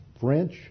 French